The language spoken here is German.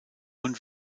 und